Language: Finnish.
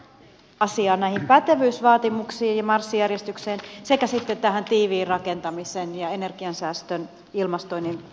asiaa näihin pätevyysvaatimuksiin ja marssijärjestykseen sekä sitten tähän tiiviin rakentamisen ja energiansäästön ilmastoinnin vyyhtiin